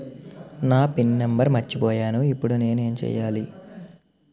నా pin number మర్చిపోయాను ఇప్పుడు నేను ఎంచేయాలి?